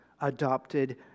adopted